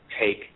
take